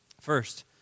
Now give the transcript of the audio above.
First